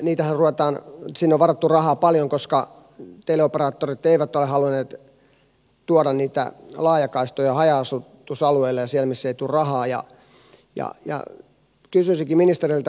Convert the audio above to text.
elikkä sinne on varattu rahaa paljon koska teleoperaattorit eivät ole halunneet tuoda niitä laajakaistoja haja asutusalueelle ja sinne mistä ei tule rahaa